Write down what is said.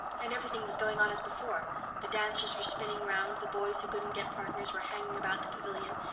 and everything was going on as before the dancers were spinning round, the boys who couldn't get partners were hanging about the pavilion,